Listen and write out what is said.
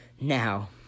Now